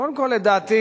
קודם כול, לדעתי